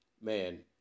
Man